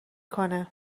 کنه